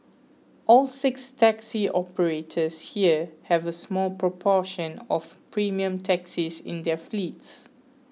all six taxi operators here have a small proportion of premium taxis in their fleets